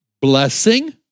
blessing